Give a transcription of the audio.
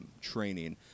training